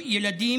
ילדים,